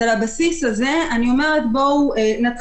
על הבסיס הזה אני מבקשת שנתחיל